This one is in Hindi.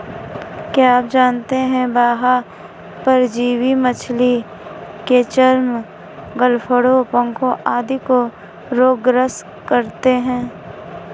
क्या आप जानते है बाह्य परजीवी मछली के चर्म, गलफड़ों, पंखों आदि को रोग ग्रस्त करते हैं?